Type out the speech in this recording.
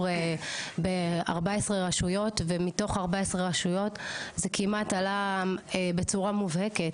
ב-14 רשויות ומתוך 14 רשויות זה כמעט עלה בצורה מובהקת,